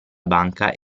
banca